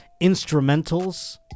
instrumentals